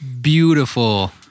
beautiful